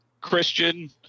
christian